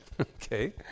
okay